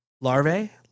larvae